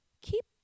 keep